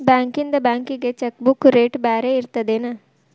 ಬಾಂಕ್ಯಿಂದ ಬ್ಯಾಂಕಿಗಿ cheque book rate ಬ್ಯಾರೆ ಇರ್ತದೇನ್